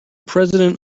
president